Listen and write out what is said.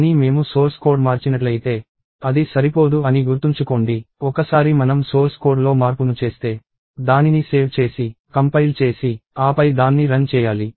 కానీ మేము source code మార్చినట్లయితే అది సరిపోదు అని గుర్తుంచుకోండి ఒకసారి మనం సోర్స్ కోడ్లో మార్పును చేస్తే దానిని సేవ్ చేసి కంపైల్ చేసి ఆపై దాన్ని రన్ చేయాలి